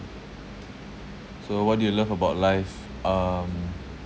so what do you love about life um